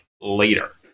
later